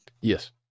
Yes